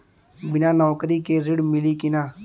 बिना नौकरी के ऋण मिली कि ना?